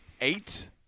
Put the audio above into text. Eight –